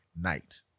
night